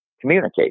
communicate